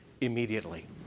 Immediately